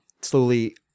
slowly